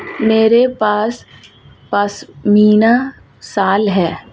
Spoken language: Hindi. मेरे पास पशमीना शॉल है